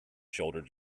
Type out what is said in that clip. shoulder